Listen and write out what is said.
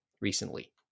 recently